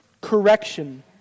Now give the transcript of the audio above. correction